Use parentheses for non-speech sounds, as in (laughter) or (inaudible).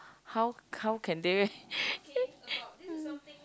how how can they (laughs)